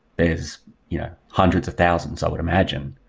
there's yeah hundreds of thousands, i would imagine.